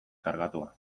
kargatua